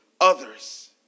others